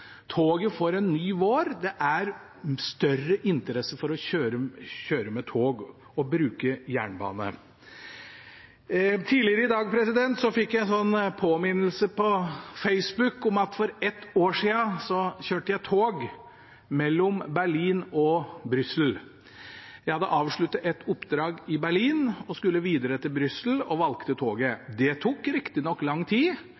Toget får en ny vår. Det er større interesse for å kjøre med tog og bruke jernbane. Tidligere i dag fikk jeg en påminnelse på Facebook om at jeg for ett år siden kjørte tog mellom Berlin og Brussel. Jeg hadde avsluttet et oppdrag i Berlin og skulle videre til Brussel og valgte toget. Det tok riktignok lang tid,